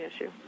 issue